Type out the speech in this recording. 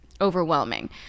overwhelming